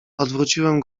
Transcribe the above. odwróciłem